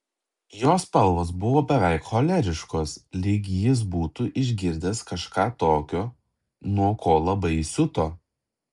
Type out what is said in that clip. jo spalvos buvo beveik choleriškos lyg jis būtų išgirdęs kažką tokio nuo ko labai įsiuto